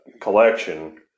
collection